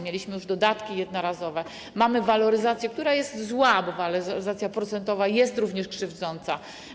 Mieliśmy już dodatki jednorazowe, mamy waloryzację, która jest zła, bo waloryzacja procentowa jest również krzywdząca.